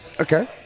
Okay